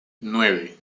nueve